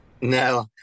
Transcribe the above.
No